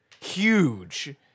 huge